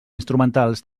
instrumentals